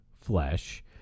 Flesh